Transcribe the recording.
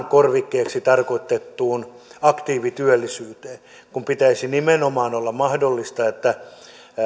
korvikkeeksi tarkoitettuun aktiivityöllisyyteen kun pitäisi nimenomaan olla mahdollista että